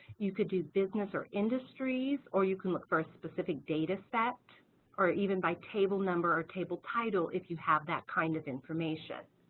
you could do business or industries or you can look for a specific data set or even by table number or table title if you have that kind of information.